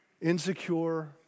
Insecure